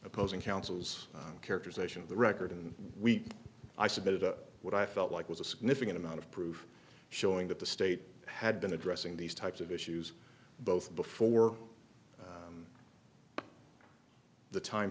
opposing counsel's characterization of the record and we i submitted a what i felt like was a significant amount of proof showing that the state had been addressing these types of issues both before the time